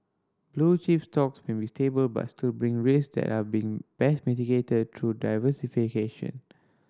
blue chip stocks may be stable but still bring risk that are been best mitigated through diversification